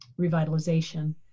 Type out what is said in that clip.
revitalization